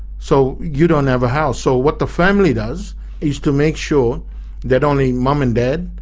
so you don't have a house, so what the family does is to make sure that only mum and dad,